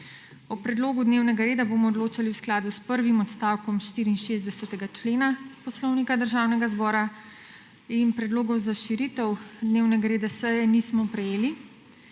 O predlogu dnevnega reda bomo odločali v skladu s prvim odstavkom 64. člena Poslovnika Državnega zbora in predlogov za širitev dnevnega reda seje nismo prejeli.